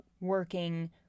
working